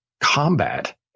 combat